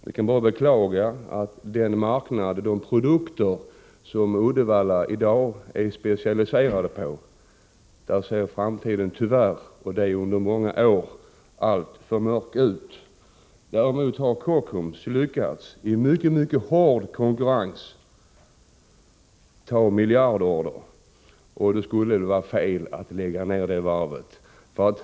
Vi kan bara beklaga att det f.n. och många år framåt ser mörkt ut på marknaden för de produkter som Uddevallavarvet i dag är specialiserat på. Kockums däremot har — i en mycket hård konkurrens — lyckats ta hem miljardorder. Det skulle vara fel att lägga ned det varvet.